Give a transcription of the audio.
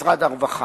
ומשרד הרווחה.